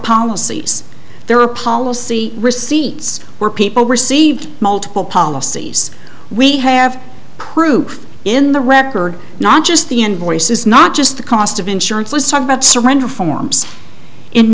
policies there are policy receipts where people received multiple policies we have proof in the record not just the invoices not just the cost of insurance let's talk about surrender forms in